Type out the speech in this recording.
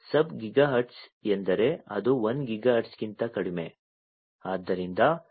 ಸಬ್ gigahertz ಎಂದರೆ ಅದು 1 ಗಿಗಾಹರ್ಟ್ಜ್ಗಿಂತ ಕಡಿಮೆ